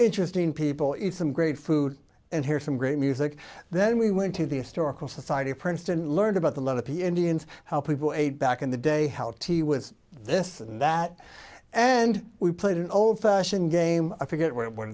interesting people in some great food and hear some great music then we went to the historical society of princeton learned about the lot of indians how people ate back in the day how tea was this and that and we played an old fashioned game i forget what